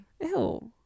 Ew